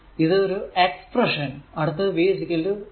ഇത് ഒരു എക്സ്പ്രെഷൻ അടുത്ത് v 3 di ബൈ dt